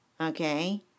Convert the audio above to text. okay